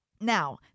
Now